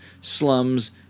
slums